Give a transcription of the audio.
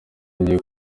yongeye